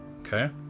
okay